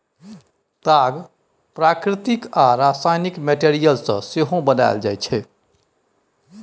ताग प्राकृतिक आ रासायनिक मैटीरियल सँ सेहो बनाएल जाइ छै